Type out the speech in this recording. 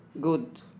good